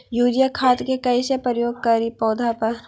Urea खाद के कैसे प्रयोग करि पौधा पर?